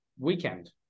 weekend